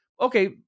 Okay